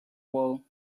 wool